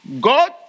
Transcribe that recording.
God